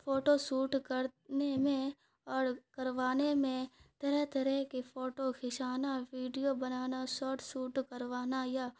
photo shoot کرنے میں اور کروانے میں طرح طرح کے فوٹو کھنچوانا ویڈیو بنانا ساٹ سوٹ کروانا یا